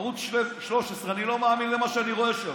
ערוץ 13, ואני לא מאמין למה שאני רואה שם.